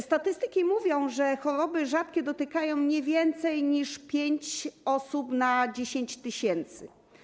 Statystyki mówią, że choroby rzadkie dotykają nie więcej niż 5 osób na 10 tys.